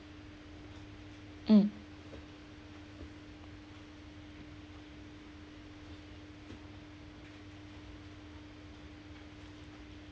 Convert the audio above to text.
mm